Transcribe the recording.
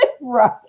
right